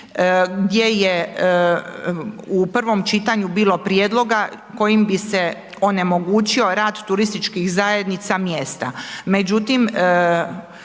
gdje je u prvom čitanju bilo prijedloga kojim bi se onemogućio rad turističkih zajednica mjesta